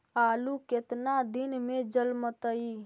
आलू केतना दिन में जलमतइ?